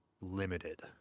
limited